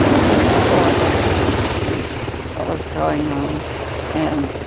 just a horrible feeling to see what was going on and